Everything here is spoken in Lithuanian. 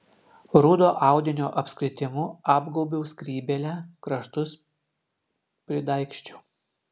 rudo audinio apskritimu apgaubiau skrybėlę kraštus pridaigsčiau